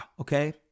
okay